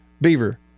Beaver